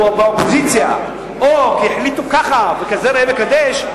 הוא באופוזיציה או כי החליטו ככה וכזה ראה וקדש,